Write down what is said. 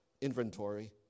inventory